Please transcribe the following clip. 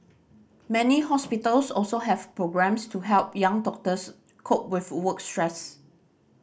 many hospitals also have programmes to help young doctors cope with work stress